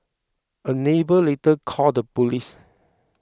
a neighbour later called the police